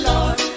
Lord